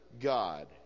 God